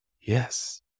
Yes